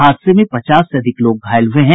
हादसे में पचास से अधिक लोग घायल हुये हैं